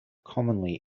commonly